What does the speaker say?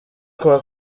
kuwa